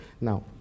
Now